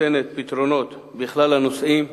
נותנת פתרונות לכלל הנושאים,